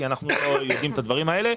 כי אנחנו יודעים את הדברים האלה.